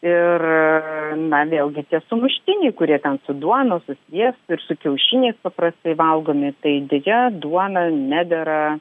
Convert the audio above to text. ir na vėlgi tie sumuštiniai kurie ten su duona su sviestu ir su kiaušiniais paprastai valgomi tai deja duona nedera